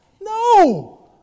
No